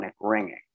ringing